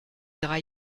drei